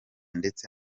ndetse